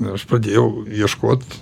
aš pradėjau ieškot